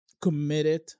committed